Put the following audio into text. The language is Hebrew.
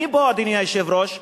אני פה, אדוני היושב-ראש,